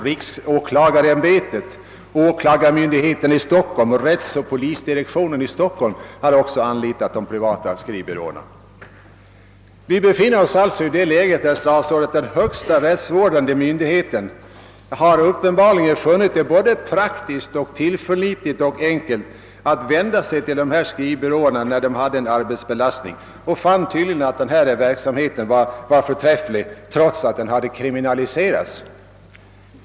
Riksåklagarens kansli, åklagarmyndigheten i Stockholm samt rättsoch polisdirektionen därstädes har även anlitat de privata skrivbyråerna. Vi befinner oss alltså i det läget, herr statsråd, att den högsta rättsvårdande myndigheten uppenbarligen funnit det både praktiskt, tillförlitligt och enkelt att vända sig till en av dessa skrivbyråer när det blev en temporär arbetsbelastning. Justitieministern fann tydligen att denna verksamhet var förträfflig, trots att den hade kriminaliserats.